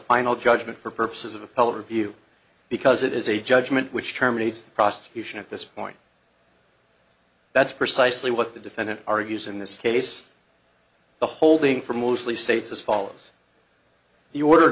final judgment for purposes of appellate review because it is a judgment which terminates the prosecution at this point that's precisely what the defendant argues in this case the holding for mostly states as follows the order